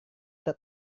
tak